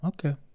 Okay